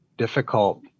difficult